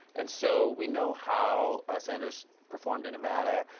and so we know how ah sanders performed in nevada,